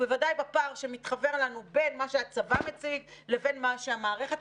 ובוודאי בפער שמתחוור לנו בין מה שהצבא מציג לבין מה שהמערכת.